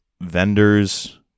vendors